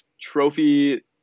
Trophy –